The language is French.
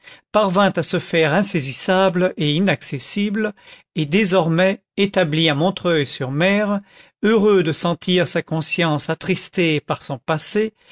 parvint à se faire insaisissable et inaccessible et désormais établi à montreuil sur mer heureux de sentir sa conscience attristée par son passé